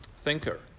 thinker